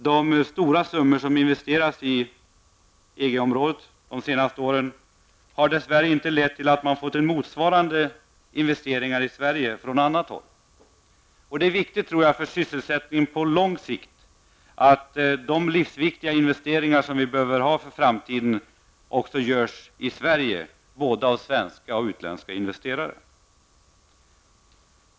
De stora summor som investerats i EG-området under de senaste åren har dess värre inte lett till att motsvarande investeringar gjorts i Sverige. För sysselsättningen i Sverige på lång sikt är det livsviktigt att investeringar görs också i Sverige, både av svenska och utländska investerare.